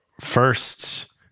first